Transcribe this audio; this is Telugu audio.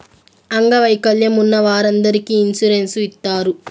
అంగవైకల్యం ఉన్న వారందరికీ ఇన్సూరెన్స్ ఇత్తారు